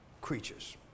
Creatures